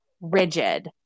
rigid